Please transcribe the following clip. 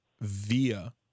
via